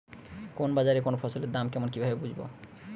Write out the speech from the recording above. কোন বাজারে কোন ফসলের দাম কেমন কি ভাবে বুঝব?